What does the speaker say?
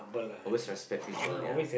always respect people ya